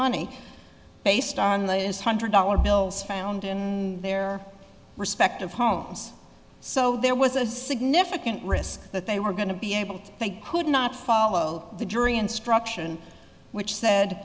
money based on the latest hundred dollar bills found in their respective homes so there was a significant risk that they were going to be able to think who would not follow the jury instruction which said